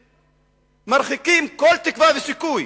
מרחיקים כל תקווה וסיכוי